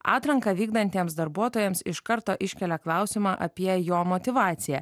atranką vykdantiems darbuotojams iš karto iškelia klausimą apie jo motyvaciją